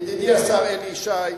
ידידי השר אלי ישי,